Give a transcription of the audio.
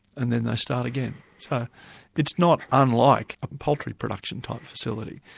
and then they start again. so it's not unlike a poultry production type facility.